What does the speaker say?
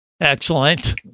Excellent